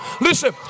Listen